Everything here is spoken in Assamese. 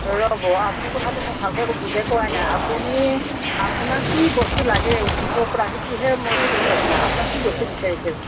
ৰ'ব আপুনি কথাটো মোক ভালকৈ বুজাই কোৱাই নাই আপুনি আপোনাক কি বস্তু লাগে অফিচৰপৰা সেইটোহে মই সুধিছোঁ আপোনাক আপোনাক কি বস্তু বিচাৰিছে